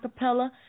Acapella